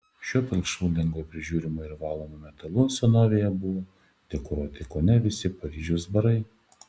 šiuo pilkšvu lengvai prižiūrimu ir valomu metalu senovėje buvo dekoruoti kone visi paryžiaus barai